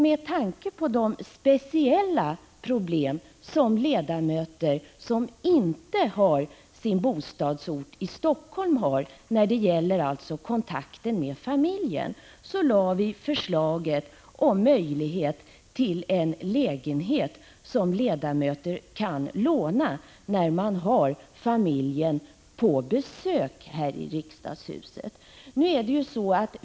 Med tanke på de speciella problem som ledamöter som inte har sin bostadsort i Helsingfors har när det gäller kontakten med familjen lade vi fram förslaget om möjlighet för ledamöter att få låna en lägenhet när de har familjen på besök här i riksdagshuset.